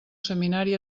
seminari